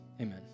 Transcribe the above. amen